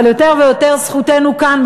אבל יותר ויותר זכותנו כאן,